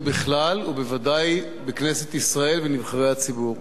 בכלל ובוודאי בכנסת ישראל ואצל נבחרי הציבור.